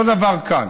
אותו דבר כאן.